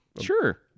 sure